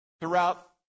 throughout